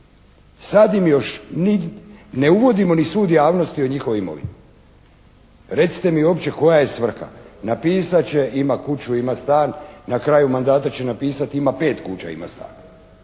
sad im još ne uvodimo ni sud javnosti o njihovoj imovini. Recite mi uopće koja je svrha, napisat će ima kuću, ima stan, na kraju mandata će napisati ima pet kuća, ima stan.